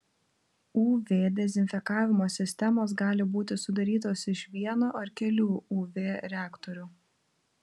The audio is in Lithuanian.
uv dezinfekavimo sistemos gali būti sudarytos iš vieno ar kelių uv reaktorių